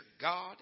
God